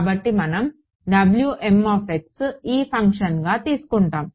కాబట్టి మనం ఈ ఫంక్షన్గా తీసుకుంటాము